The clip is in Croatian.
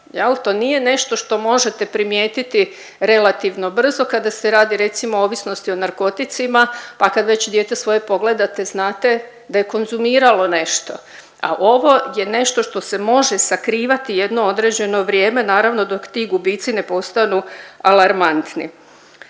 To nije nešto što možete primijetiti relativno brzo kada se radi recimo o ovisnosti o narkoticima, pa kad već dijete svoje pogledate znate da je konzumiralo nešto, a ovo je nešto što se može sakrivati jedno određeno vrijeme, naravno dok ti gubici ne postanu alarmantni.